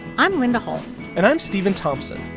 i'm linda holmes and i'm stephen thompson.